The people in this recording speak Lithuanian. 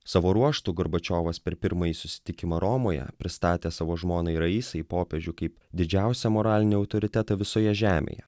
savo ruožtu gorbačiovas per pirmąjį susitikimą romoje pristatė savo žmonai raisai popiežių kaip didžiausią moralinį autoritetą visoje žemėje